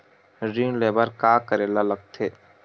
ऋण ले बर का करे ला लगथे?